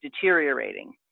deteriorating